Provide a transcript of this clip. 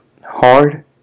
hard